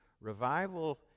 revival